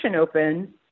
open